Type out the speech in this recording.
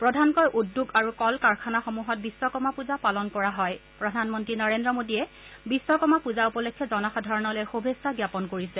প্ৰধানকৈ উদ্যোগ আৰু কল কাৰখানাসমূহত বিশ্বকৰ্মা পূজা পালন কৰা হয় প্ৰধানমন্ত্ৰী নৰেন্দ্ৰ মোদীয়ে বিশ্বকৰ্মা পূজা উপলক্ষে জনসাধাৰণলৈ শুভেচ্ছা জ্ঞাপন কৰিছে